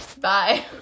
Bye